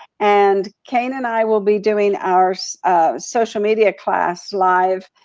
and kane and i will be doing our so um social media class live.